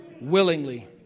Willingly